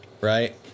right